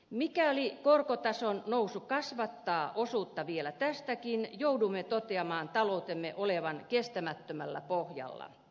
mikäli korkotason nousu kasvattaa osuutta vielä tästäkin joudumme totea maan taloutemme olevan kestämättömällä pohjalla